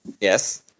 Yes